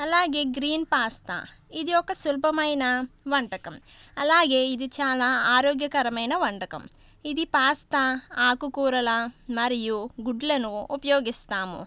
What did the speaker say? అలాగే green pasta ఇది ఒక సులభమైన వంటకం అలాగే ఇది చాలా ఆరోగ్యకరమైన వంటకం ఇది పాస్తా ఆకుకూరలా మరియు గుడ్లను ఉపయోగిస్తాము